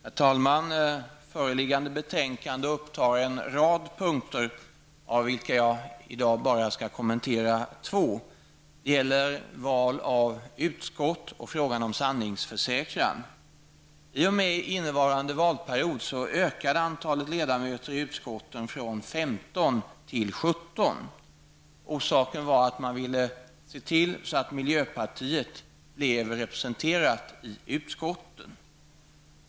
Herr talman! Föreliggande betänkande upptar en rad punkter, av vilka jag i dag bara skall kommentera två. Det gäller val av utskott och frågan om sanningsförsäkran. I och med innevarande valperiod ökade antalet ledamöter i utskotten från 15 till 17. Orsaken var att man ville se till att miljöpartiet blev representerat i utskotten.